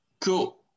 cool